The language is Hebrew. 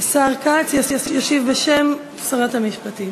השר כץ ישיב בשם שרת המשפטים.